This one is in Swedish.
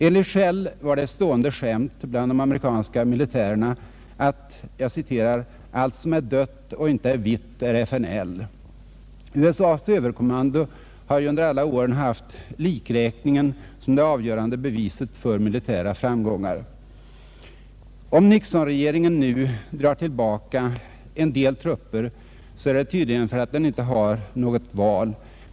Enligt Schell var det ett stående skämt bland de amerikanska soldaterna att ”allt som är dött och inte är vitt är FNL”. USA:s överkommando har ju under alla åren haft likräkningen som det avgörande beviset för militära framgångar. Om Nixonregeringen nu drar tillbaka en del trupper, så är det tydligen för att den inte har något annat val.